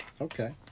Okay